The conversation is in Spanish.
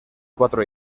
cuatro